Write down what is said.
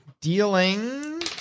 Dealing